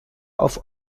auf